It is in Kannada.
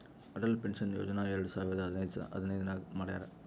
ಅಟಲ್ ಪೆನ್ಷನ್ ಯೋಜನಾ ಎರಡು ಸಾವಿರದ ಹದಿನೈದ್ ನಾಗ್ ಮಾಡ್ಯಾರ್